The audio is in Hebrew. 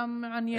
היה מעניין.